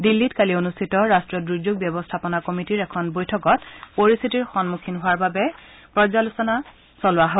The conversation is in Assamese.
দিল্লীত কালি অনুষ্ঠিত ৰাষ্ট্ৰীয় দুৰ্যোগ ব্যৱস্থাপনা কমিটীৰ এখন বৈঠকত পৰিস্থিতিৰ সন্মুখীন হোৱাৰ বাবে প্ৰস্তুতিৰ পৰ্যালোচনা চলোৱা হয়